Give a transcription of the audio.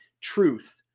truth